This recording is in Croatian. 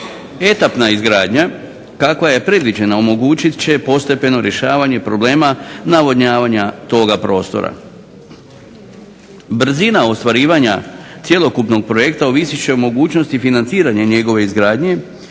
Etapna izgradnja kakva je predviđena omogućit će postepeno rješavanje problema navodnjavanja toga prostora. Brzina ostvarivanja cjelokupnog projekta ovisit će o mogućnosti financiranja njegove izgradnje,